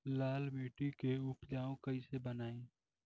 लाल मिट्टी के उपजाऊ कैसे बनाई?